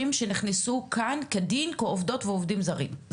שנכנסו לכאן כדין כעובדות ועובדים זרים.